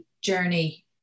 journey